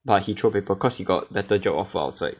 but he throw paper cause he got better job offer outside